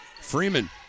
freeman